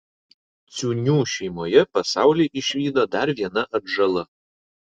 ciūnių šeimoje pasaulį išvydo dar viena atžala